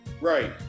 right